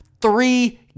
three